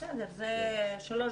זה בסדר.